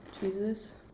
Jesus